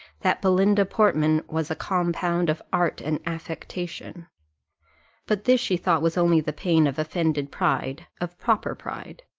that belinda portman was a compound of art and affectation but this she thought was only the pain of offended pride of proper pride.